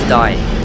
dying